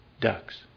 ducks